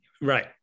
Right